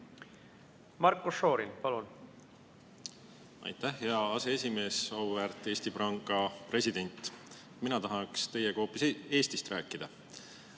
Marko Šorin, palun! Aitäh, hea aseesimees! Auväärt Eesti Panga president! Mina tahaks teiega hoopis Eestist rääkida.